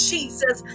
Jesus